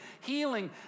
healing